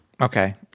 Okay